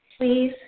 Please